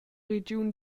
regiun